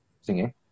singing